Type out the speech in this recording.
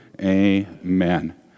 Amen